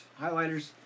highlighters